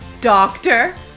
Doctor